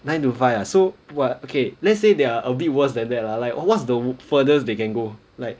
nine to five ah so what okay let's say they are a bit worse than that lah like what's the furthest they can go like